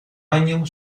año